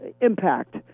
impact